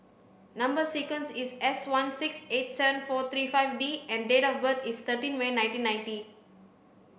number sequence is S sixteen eight seven four three five D and date of birth is thirteen May nineteen ninety